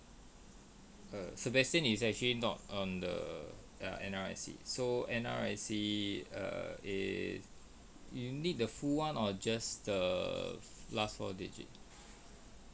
err sebastian is actually not um the ya N_R_I_C so N_R_I_C err is you need the full one or just the last four digit